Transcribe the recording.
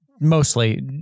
mostly